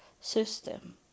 system